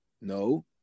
no